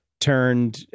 turned